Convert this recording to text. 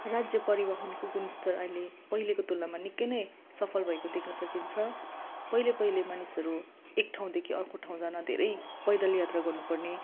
राज्य परिवहनको गुणस्तर अहिले पहिलेको तुलनामा निकै नै सफल भएको देख्न सकिन्छ पहिले पहिले मानिसहरू एक ठाउँदेखि अर्को ठाउँ जान धेरै पैदल यात्रा गर्नु पर्ने